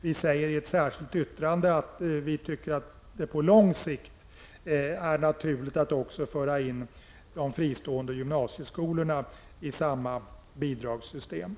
Vi säger i ett särskilt yttrande att vi tycker att det på lång sikt är naturligt att också föra in de fristående gymnasieskolorna i samma bidragssystem.